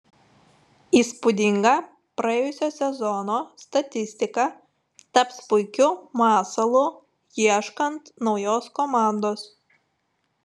įspūdinga praėjusio sezono statistika taps puikiu masalu ieškant naujos komandos